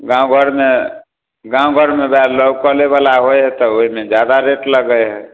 गाँव घरमे गाँव घरमे वएह लोकलेवला होइ हय तऽ ओइमे जादा रेट लगै हय